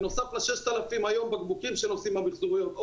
בנוסף ל-6,000 בקבוקים היום שנוסעים במיחזוריות,